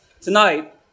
tonight